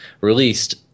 released